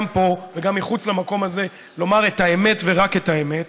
גם פה וגם מחוץ למקום הזה לומר את האמת ורק את האמת,